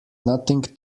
nothing